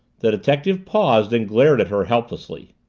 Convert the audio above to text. the detective paused and glared at her helplessly.